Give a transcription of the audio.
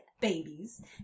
babies